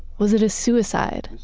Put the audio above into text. was it a suicide,